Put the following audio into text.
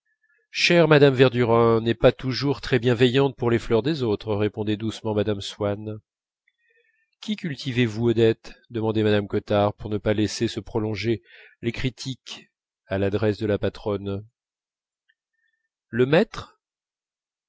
chère mme verdurin n'est pas toujours très bienveillante pour les fleurs des autres répondait doucement mme swann qui cultivez vous odette demandait mme cottard pour ne pas laisser se prolonger les critiques à l'adresse de la patronne lemaître